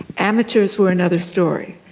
amateurs were another story.